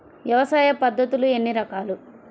వ్యవసాయ పద్ధతులు ఎన్ని రకాలు?